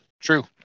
True